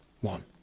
One